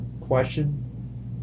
question